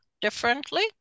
differently